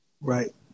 Right